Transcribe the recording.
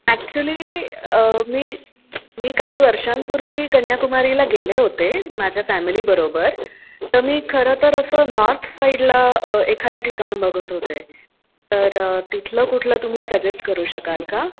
actually मी मी काही वर्षांपूर्वी कन्याकुमारीला गेले होते माझ्या फॅमिलीबरोबर तर मी खरं तर असं नॉर्थ साइडला एखादं ठिकाण बघत होते तर तिथलं कुठलं तुम्ही सजेस्ट करू शकाल का